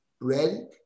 Bread